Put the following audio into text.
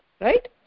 Right